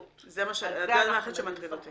לבית הדין -- זה הדבר היחיד שמטריד אותי.